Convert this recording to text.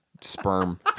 sperm